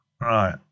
Right